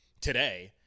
today